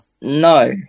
No